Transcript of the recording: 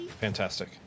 Fantastic